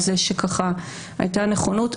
על זה שהייתה נכונות.